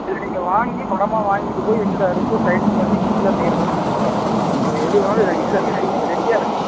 இது நீங்கள் வாங்கி மரமாக வாங்கிட்டு போய் எங்கள்கிட்ட அறுத்து ஷைனிங் பண்ணி நீங்களாக செய்கிறதா இருந்தாலும் செஞ்சுக்கலாம் உங்களுக்கு எது வேணாலும் ரெடி எல்லாமே ரெடிமே ரெடியாக இருக்குது